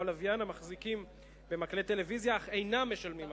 הלוויין המחזיקים במקלט טלוויזיה אך אינם משלמים אגרה.